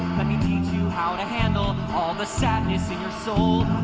let me teach you how to handle all the sadness in your soul.